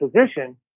position